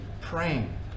praying